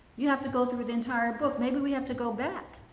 you have to go through the entire book maybe we have to go back.